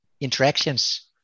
interactions